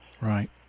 Right